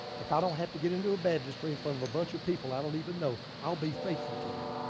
if i don't have to get into a bad industry in front of a bunch of people i don't even know, i'll be faithful to you.